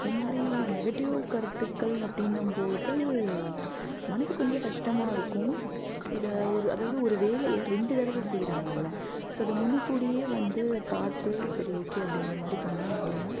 அதே மாதிரி நெகட்டிவ் கருத்துக்கள் அப்படின்னம்போது மனசு கொஞ்சம் கஷ்டமாக இருக்கும் இதை ஒரு அதாவது ஒரு வேலையை ரெண்டு தடவை செய்கிறாங்கல்ல ஸோ அதை முன்கூடியே வந்து பார்த்து சரி ஓகே அப்படின்ற மாதிரி பண்ணோம் அப்படின்னா